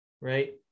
Right